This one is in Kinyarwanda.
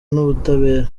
n’ubutabera